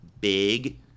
big